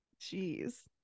Jeez